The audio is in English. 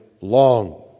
long